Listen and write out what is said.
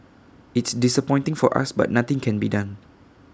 it's disappointing for us but nothing can be done